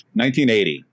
1980